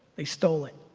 they stole it.